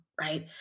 right